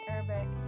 Arabic